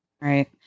Right